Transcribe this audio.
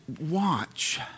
watch